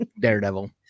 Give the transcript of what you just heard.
Daredevil